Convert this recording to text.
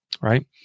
right